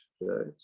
right